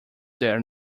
there